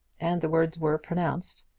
and the words were pronounced.